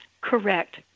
Correct